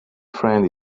friend